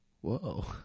Whoa